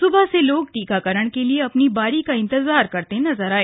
सुबह से लोग टीकाकरण के लिए अपनी बारी का इंतजार करते नजर आए